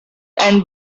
and